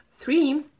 three